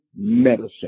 Medicine